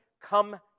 come